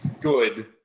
good